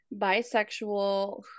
bisexual